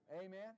Amen